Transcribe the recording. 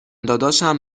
داداشم